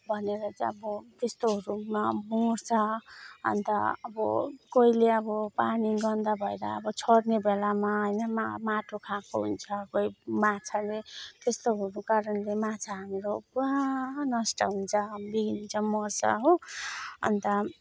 भनेर चाहिँ अब त्यस्तोहरूमा मोर्छ अन्त अब कोहीले अब पानी गन्दा भएर अब छोड्ने बेलामा होइन मा माटो खाएको हुन्छ कोही माछाले त्यस्तो भएको कारणले माछा हाम्रो पुरा नष्ट हुन्छ बिग्रिन्छ मर्छ हो अन्त